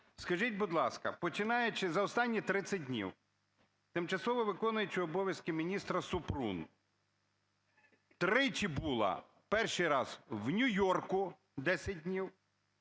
Скажіть, будь ласка, починаючи… за останні 30 днів тимчасово виконуюча обов'язки міністра Супрун тричі була: перший раз в Нью-Йорку – 10 днів,